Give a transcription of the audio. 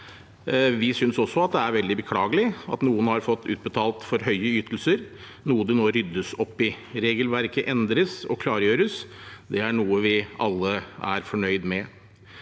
Vi synes det er veldig beklagelig at noen har fått utbetalt for høye ytelser, noe det nå ryddes opp i. Regelverket endres og klargjøres. Det er noe vi alle er fornøyd med.